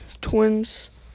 twins